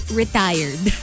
retired